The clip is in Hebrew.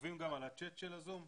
חבר'ה, אתם עוקבים גם על הצ'ט של הזום?